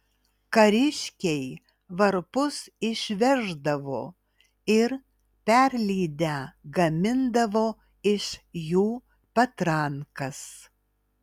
kariškiai varpus išveždavo ir perlydę gamindavo iš jų patrankas